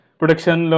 production